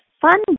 fun